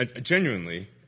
genuinely